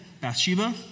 Bathsheba